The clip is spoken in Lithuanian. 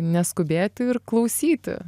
neskubėti ir klausyti